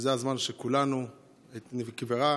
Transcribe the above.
שנקברה